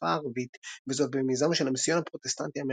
לשפה הערבית וזאת במיזם של המיסיון הפרוטסטנטי